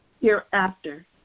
hereafter